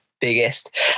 biggest